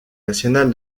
national